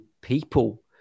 people